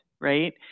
right